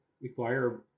require